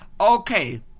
Okay